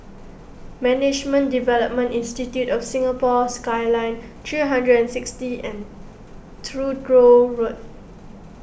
Management Development Institute of Singapore Skyline three hundred and sixty and Truro Road